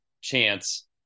chance